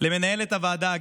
למנהלת הוועדה,